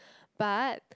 but